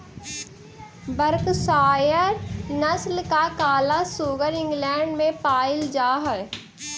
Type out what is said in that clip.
Berkshire नस्ल का काला सुअर इंग्लैण्ड में पायिल जा हई